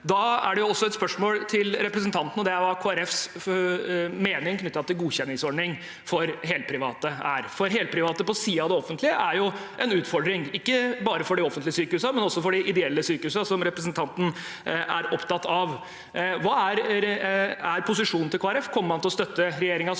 i, men jeg har enda et spørsmål til representanten, og det er hva Kristelig Folkepartis mening er knyttet til godkjenningsordning for helprivate. Helprivate på siden av det offentlige er jo en utfordring, ikke bare for de offentlige sykehusene, men også for de ideelle sykehusene, som representanten er opptatt av. Hva er posisjonen til Kristelig Folkeparti? Kommer man til å støtte regjeringens forslag